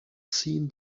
seen